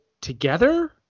together